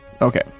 Okay